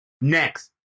Next